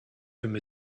from